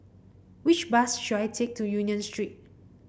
which bus should I take to Union Street